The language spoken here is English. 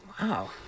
Wow